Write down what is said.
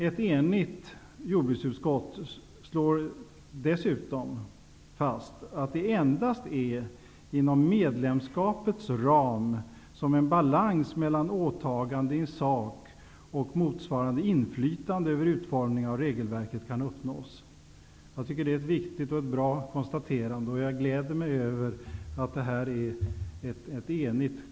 Ett enigt jordbruksutskott slår dessutom fast att det endast är inom medlemskapets ram som en balans kan uppnås mellan åtagande i sak och motsvarande inflytande över utformning av regelverket. Detta är ett viktigt och bra konstaterande. Jag gläder mig över att detta konstaterande är enigt.